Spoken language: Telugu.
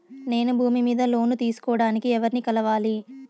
నేను భూమి మీద లోను తీసుకోడానికి ఎవర్ని కలవాలి?